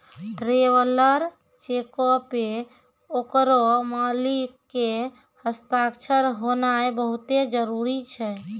traveller चेको पे ओकरो मालिक के हस्ताक्षर होनाय बहुते जरुरी छै